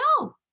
no